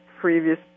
previous